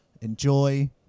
enjoy